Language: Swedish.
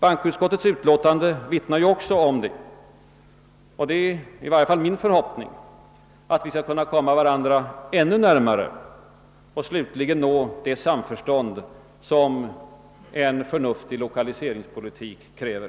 Bankoutskottets utlåtande vittnar också om det. Och det är i varje fall min förhoppning att vi skall komma varandra ännu närmare och slutligen nå det samförstånd som en förnuftig lokaliseringspolitik kräver.